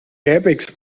airbags